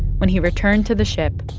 when he returned to the ship,